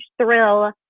thrill